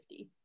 50